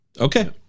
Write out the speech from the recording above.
Okay